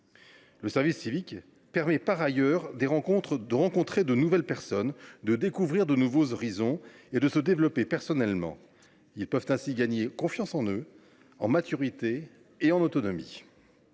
Le service civique permet par ailleurs de rencontrer de nouvelles personnes, de découvrir de nouveaux horizons et de se développer personnellement. Grâce à lui, les jeunes peuvent gagner en confiance, en maturité et en autonomie.